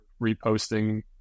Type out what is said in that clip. reposting